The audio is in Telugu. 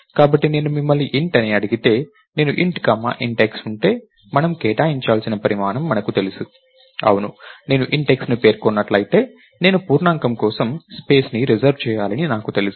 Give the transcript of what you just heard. కాబట్టి నేను మిమ్మల్ని Int అడిగితే నేను Int కామా Int x ఉంటే మనం కేటాయించాల్సిన పరిమాణం మనకు తెలుసు అవును నేను Int xని పేర్కొన్నట్లయితే నేను పూర్ణాంకం కోసం స్పేస్ ని రిజర్వ్ చేయాలని నాకు తెలుసు